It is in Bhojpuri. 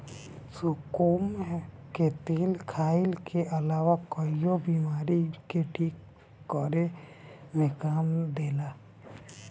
कुसुम के तेल खाईला के अलावा कईगो बीमारी के ठीक करे में काम देला